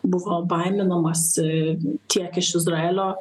buvo baiminamasi tiek iš izraelio